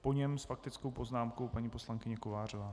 Po něm s faktickou poznámkou paní poslankyně Kovářová.